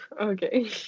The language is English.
okay